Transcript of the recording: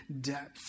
depth